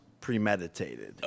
premeditated